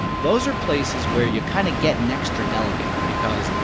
those are places where you kind of get an extra delegate because,